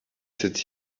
cette